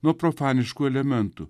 nuo profaniškų elementų